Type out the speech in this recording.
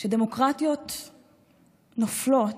כשדמוקרטיות נופלות,